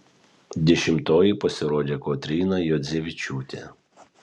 dešimtoji pasirodė kotryna juodzevičiūtė